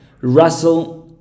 Russell